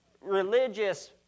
religious